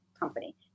company